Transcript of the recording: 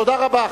תודה רבה.